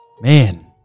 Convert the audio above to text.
Man